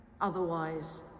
otherwise